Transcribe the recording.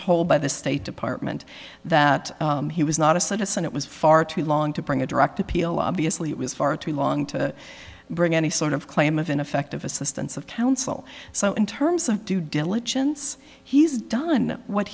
told by the state department that he was not a citizen it was far too long to bring a direct appeal obviously it was far too long to bring any sort of claim of ineffective assistance of counsel so in terms of due diligence he's done what